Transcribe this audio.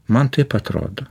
man taip atrodo